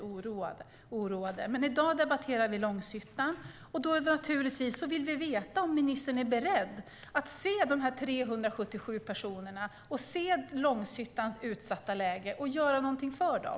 I dag debatterar vi nedläggningen i Långshyttan, och då vill vi naturligtvis veta om ministern är beredd att se de här 177 personerna, se Långshyttans utsatta läge och göra någonting för dem.